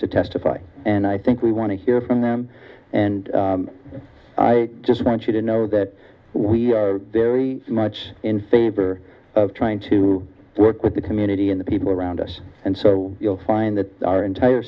to testify and i think we want to hear from them and i just want you to know that we are very much in favor of trying to work with the community and the people around us and so you'll find that our entire